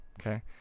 Okay